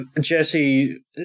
Jesse